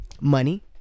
Money